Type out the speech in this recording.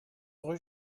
rue